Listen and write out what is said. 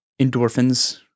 endorphins